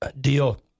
deal